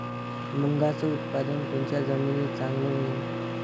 मुंगाचं उत्पादन कोनच्या जमीनीत चांगलं होईन?